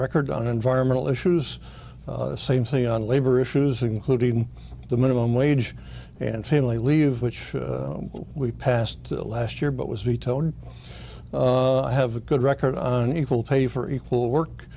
record on environmental issues same thing on labor issues including the minimum wage and family leave which we passed last year but was vetoed i have a good record on equal pay for equal work